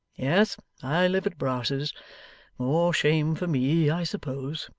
yes, i live at brass's more shame for me, i suppose